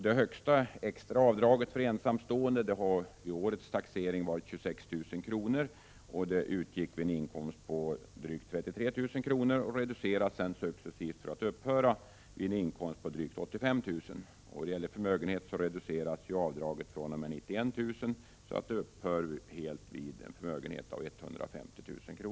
Det högsta extra avdraget för ensamstående var vid årets taxering 26 000 kr. och utgick viden = Prot. 1987/88:43 inkomst av 33 600 kr. Det reduceras successivt för att upphöra vid en inkomst — 11 december 1987 av drygt 85 000 kr. Har man förmögenhet reduceras avdraget fr.o.m. 91 000 kr. så att det upphör helt vid en förmögenhet av 150 000 kr.